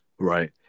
Right